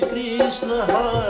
Krishna